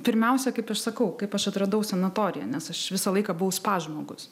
pirmiausia kaip aš sakau kaip aš atradau sanatoriją nes aš visą laiką buvau spa žmogus